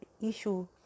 issue